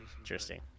interesting